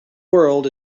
world